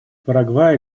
парагвай